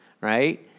right